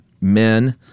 men